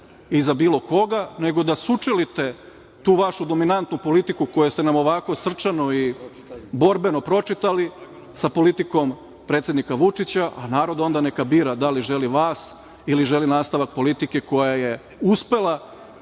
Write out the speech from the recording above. iza bilo koga, nego da sučelite tu vašu dominantnu politiku, koju ste nam ovako srčano i borbeno pročitali, sa politikom predsednika Vučića, a narod onda neka bira da li želi vas ili želi nastavak politike koja je uspela